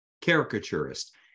caricaturist